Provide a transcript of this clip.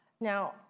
Now